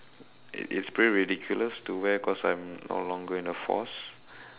it is pretty ridiculous to wear because I'm no longer in the force